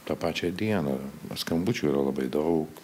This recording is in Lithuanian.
tą pačią dieną o skambučių yra labai daug